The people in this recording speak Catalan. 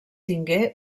tingué